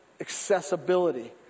accessibility